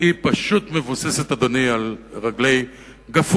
היא פשוט מבוססת, אדוני, על רגלי גפרורים,